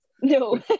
No